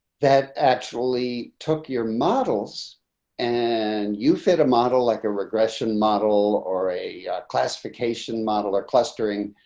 that actually took your models and you fit a model like a regression model or a classification model or clustering.